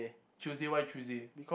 Tuesday why Tuesday